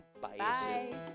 Bye